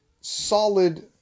solid